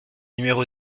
numéro